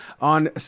on